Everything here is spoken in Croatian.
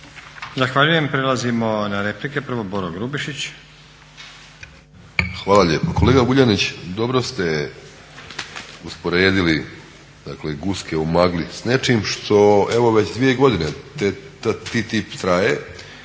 Zahvaljujem. Prelazimo na replike. Prvo Boro Grubišić. **Grubišić, Boro (HDSSB)** Hvala lijepo. Kolega Vuljanić dobro ste usporedili guske u magli s nečim što evo već dvije godine TTIP traje